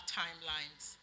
timelines